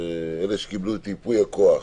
אלה שקיבלו את ייפוי הכוח,